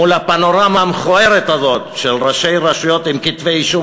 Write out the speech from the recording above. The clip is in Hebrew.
מול הפנורמה המכוערת הזאת של ראשי רשויות עם כתבי-אישום